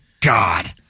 God